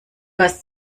hast